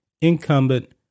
incumbent